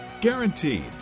Guaranteed